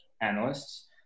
analysts